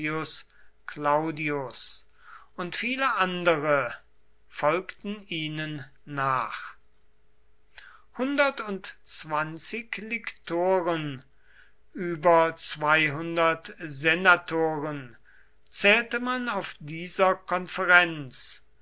claudius und viele andere folgten ihnen nach hundertundzwanzig liktoren über zweihundert senatoren zählte man auf dieser konferenz